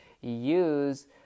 use